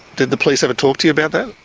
did the police ever talk to you about that?